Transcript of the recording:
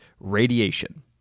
radiation